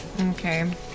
Okay